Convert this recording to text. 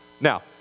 Now